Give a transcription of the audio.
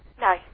No